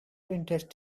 interested